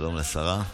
שלום לשרה.